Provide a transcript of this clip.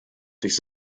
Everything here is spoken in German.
durch